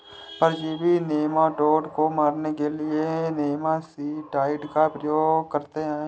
परजीवी नेमाटोड को मारने के लिए नेमाटीसाइड का प्रयोग करते हैं